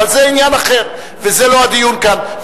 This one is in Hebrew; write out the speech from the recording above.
אבל זה עניין אחר וזה לא הדיון כאן.